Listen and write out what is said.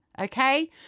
Okay